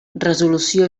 resolució